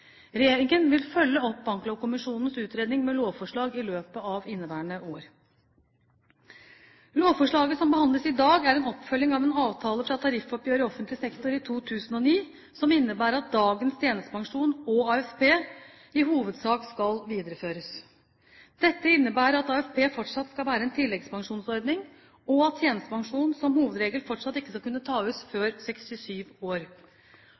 Regjeringen vil følge opp Banklovkommisjonens utredning med lovforslag i løpet av inneværende år. Lovforslaget som behandles i dag, er en oppfølging av en avtale fra tariffoppgjøret i offentlig sektor i 2009, som innebærer at dagens tjenestepensjon og AFP i hovedsak skal videreføres. Dette innebærer at AFP fortsatt skal være en tidligpensjonsordning, og at tjenestepensjon som hovedregel fortsatt ikke skal kunne tas ut før 67 år.